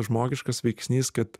žmogiškas veiksnys kad